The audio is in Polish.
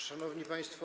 Szanowni Państwo!